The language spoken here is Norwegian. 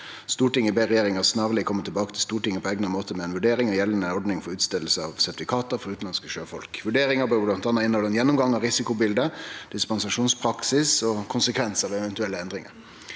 «Stortinget ber regjeringen snarlig komme tilbake til Stortinget på egnet måte med en vurdering av gjeldende ordning for utstedelse av sertifikater for utenlandske sjøfolk. Vurderingen bør blant annet inneholde en gjennomgang av risikobildet, dispensasjonspraksisen og konsekvenser ved eventuelle endringer.»